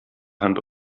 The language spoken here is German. hand